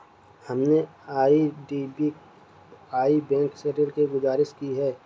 हमने IDBI bank से ऋण की गुजारिश की है